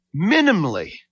Minimally